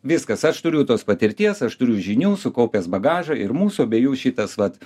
viskas aš turiu tos patirties aš turiu žinių sukaupęs bagažą ir mūsų abiejų šitas vat